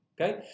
okay